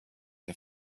der